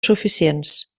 suficients